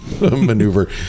maneuver